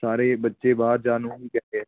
ਸਾਰੇ ਬੱਚੇ ਬਾਹਰ ਜਾਣ ਨੂੰ ਹੀ ਕਹਿੰਦੇ ਆ